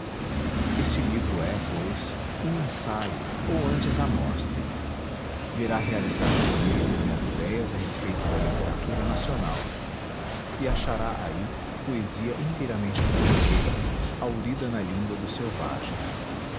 este livro é pois um ensaio ou antes amostra verá realizadas nele minhas idéias a respeito da literatura nacional e achará aí poesia inteiramente brasileira haurida na língua dos selvagens